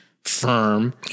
firm